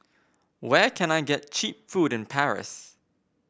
where can I get cheap food in Paris